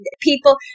people